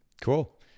cool